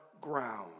ground